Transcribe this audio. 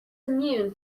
immune